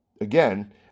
again